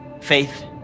Faith